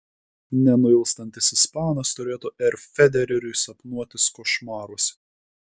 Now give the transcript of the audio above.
nenuilstantis ispanas turėtų r federeriui sapnuotis košmaruose